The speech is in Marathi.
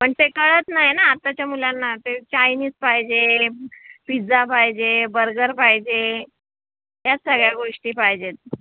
पण ते कळत नाही ना आताच्या मुलांना ते चायनीज पाहिजे पिझ्झा पाहिजे बर्गर पाहिजे ह्या सगळ्या गोष्टी पाहिजेत